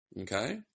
Okay